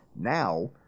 now